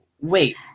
wait